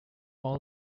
all